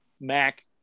Mac –